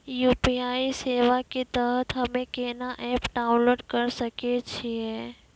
UPI सेवा के तहत हम्मे केना एप्प डाउनलोड करे सकय छियै?